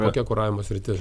kokia kuravimo sritis